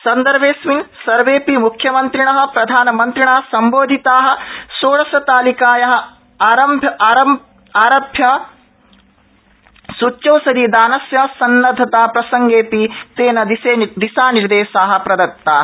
सन्दर्भेंऽस्मिन् सर्वेंऽपि मुख्यमन्त्रिण प्रधानमन्त्रिणा संबोधिता षोडशतालिकाया आरभ्य आरभमाणस्य सृच्यौषधिदानस्य सन्नद्वता प्रसंगेऽपि च तेन दिशानिर्देशा दत्ता